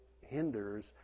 hinders